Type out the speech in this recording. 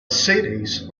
cities